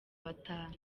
batanu